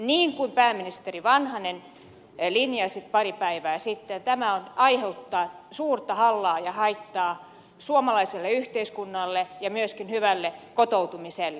niin kuin pääministeri vanhanen linjasi pari päivää sitten tämä aiheuttaa suurta hallaa ja haittaa suomalaiselle yhteiskunnalle ja myöskin hyvälle kotoutumiselle